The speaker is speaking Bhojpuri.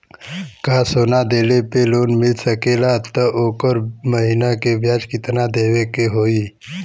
का सोना देले पे लोन मिल सकेला त ओकर महीना के ब्याज कितनादेवे के होई?